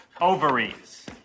ovaries